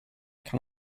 can